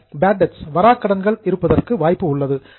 சில bad debts வராக்கடன்கள் இருப்பதற்கு வாய்ப்பு உள்ளது